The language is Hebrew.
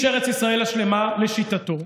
השר כהנא, איש ארץ ישראל השלמה, לשיטתו,